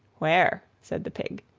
where? said the pig.